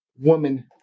woman